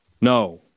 No